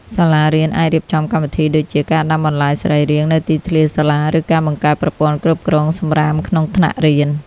សាលារៀនអាចរៀបចំកម្មវិធីដូចជា ការដាំបន្លែសរីរាង្គនៅទីធ្លាសាលា ឬការបង្កើតប្រព័ន្ធគ្រប់គ្រងសំរាមក្នុងថ្នាក់រៀន។